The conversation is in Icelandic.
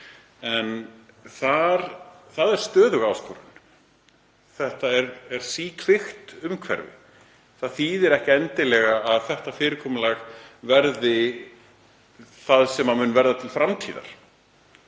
en það er stöðug áskorun. Þetta er síkvikt umhverfi. Það þýðir ekki endilega að þetta fyrirkomulag verði það sem mun verða til framtíðar